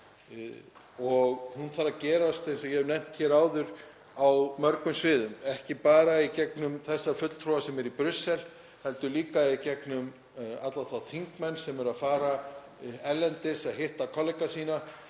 og hún þarf að gerast, eins og ég hef nefnt áður, á mörgum sviðum, ekki bara í gegnum þessa fulltrúa sem eru í Brussel heldur líka í gegnum alla þá þingmenn sem fara erlendis að hitta kollega sína,